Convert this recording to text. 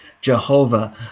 Jehovah